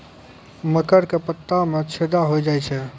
मकर के पत्ता मां छेदा हो जाए छै?